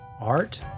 art